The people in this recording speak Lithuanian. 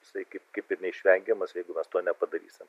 jisai kaip kaip ir neišvengiamas jeigu mes to nepadarysim